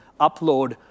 upload